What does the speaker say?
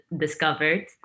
discovered